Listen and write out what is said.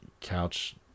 couch